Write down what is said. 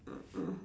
mm mm